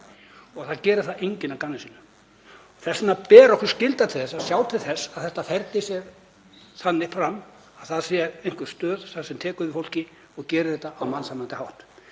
og það gerir það enginn að gamni sínu. Þess vegna ber okkur skylda til að sjá til þess að þetta ferli sé þannig að það sé einhver stöð sem tekur við fólki og þetta sé gert á mannsæmandi hátt.